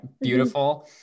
beautiful